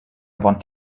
want